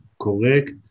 correct